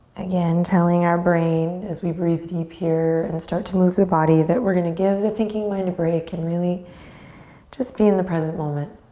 again, telling our brain as we breathe deep here and start to move the body, that we're gonna give the thinking mind a break and really just be in the present moment,